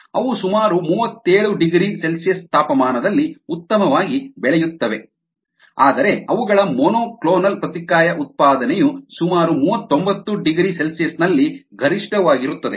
ಅವು ಸುಮಾರು 37ºC ತಾಪಮಾನದಲ್ಲಿ ಉತ್ತಮವಾಗಿ ಬೆಳೆಯುತ್ತವೆ ಆದರೆ ಅವುಗಳ ಮೊನೊಕ್ಲೋನಲ್ ಪ್ರತಿಕಾಯ ಉತ್ಪಾದನೆಯು ಸುಮಾರು 39ºC ನಲ್ಲಿ ಗರಿಷ್ಠವಾಗಿರುತ್ತದೆ